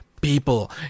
people